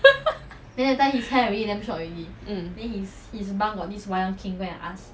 mm